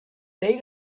they